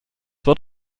wird